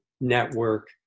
network